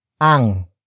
Ang